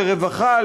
לרווחה,